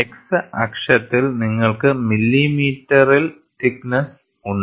X അക്ഷത്തിൽ നിങ്ങൾക്ക് മില്ലിമീറ്ററിൽ തിക്ക് നെസ്സ് ഉണ്ട്